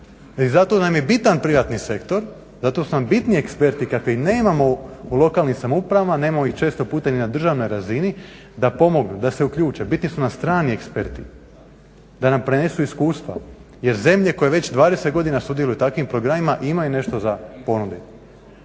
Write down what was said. I zato nam je bitan privatni sektor, zato su nam bitniji eksperti kakvih nemamo u lokalnim samoupravama, nemamo ih često puta ni na državnoj razini da pomognu da se uključe. Bitni su nam strani eksperti da nam prenesu iskustva jer zemlje koje već 20 godina sudjeluju u takvim programima imaju nešto za ponuditi.